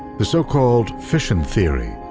the so-called fission theory,